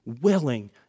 willing